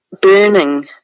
burning